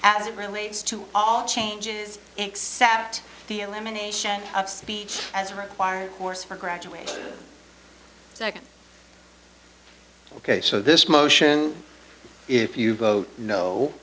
as it relates to all changes except the elimination of speech as required course for graduate second ok so this motion if you vote no